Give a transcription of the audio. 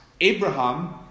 Abraham